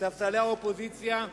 מספסלי האופוזיציה,